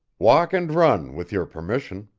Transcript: walk and run, with your permission.